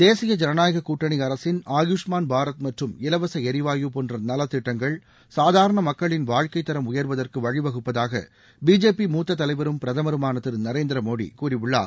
தேசிய ஜனநாயக கூட்டணி அரசின் ஆயுஷ்மான் பாரத் மற்றும் இலவச எரிவாயு போன்ற நலத்திட்டங்கள் சாதாரண மக்களின் வாழ்க்கை தரம் உயர்வதற்கு வழி வகுப்பதாக பிஜேபி மூத்த தலைவரும் பிரதமருமான திரு நரேந்திரமோடி கூறியுள்ளார்